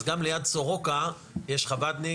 אז גם ליד סורוקה יש חב"דניק,